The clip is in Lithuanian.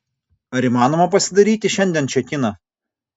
ar įmanoma pasidaryti šiandien čekiną